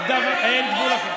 אין גבול לחוצפה.